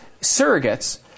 surrogates